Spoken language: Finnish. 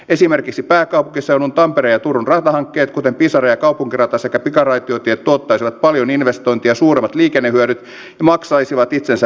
esimerkiksi pääkaupunkiseudun tampereen ja turun ratahankkeet kuten pisara ja kaupunkirata sekä pikaraitiotiet tuottaisivat paljon investointia suuremmat liikennehyödyt ja maksaisivat itsensä verotuloina